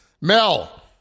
Mel